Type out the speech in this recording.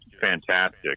fantastic